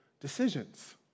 decisions